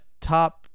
top